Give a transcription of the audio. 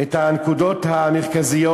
את הנקודות המרכזיות.